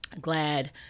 glad